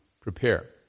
prepare